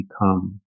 become